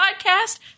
podcast